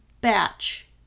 batch